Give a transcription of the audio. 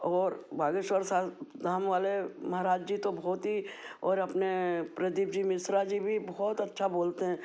अब और बागेश्वर धाम वाले महाराज जी तो बहुत ही और अपने प्रदीप जी मिश्रा जी भी बहुत अच्छा बोलते हैं